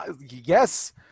yes